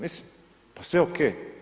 Mislim, pa sve OK.